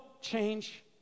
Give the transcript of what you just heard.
change